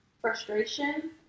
frustration